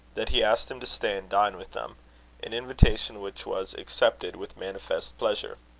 that he asked him to stay and dine with them an invitation which was accepted with manifest pleasure.